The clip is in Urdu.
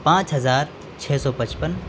پانچ ہزار چھ سو پچپن